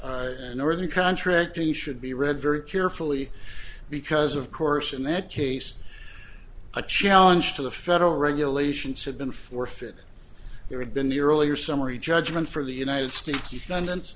early contract and should be read very carefully because of course in that case a challenge to the federal regulations had been forfeit there had been the earlier summary judgment for the united states defendants